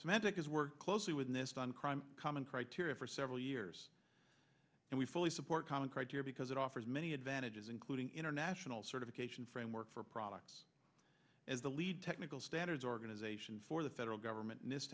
magic is worked closely with nist on crime common criteria for several years and we fully support common criteria because it offers many advantages including international certification framework for products as the lead technical standards organization for the federal government and this